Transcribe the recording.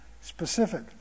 specific